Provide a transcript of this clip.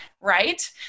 right